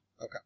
Okay